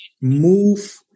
move